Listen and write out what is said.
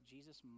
Jesus